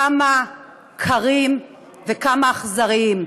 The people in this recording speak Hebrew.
כמה קרים וכמה אכזריים.